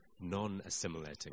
non-assimilating